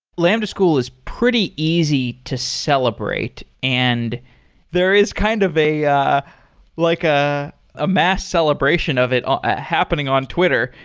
lambda school is pretty easy to celebrate, and there is kind of like a ah like ah ah mass celebration of it ah happening on twitter.